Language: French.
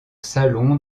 salon